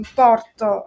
porto